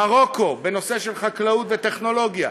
מרוקו, בנושא של חקלאות וטכנולוגיה.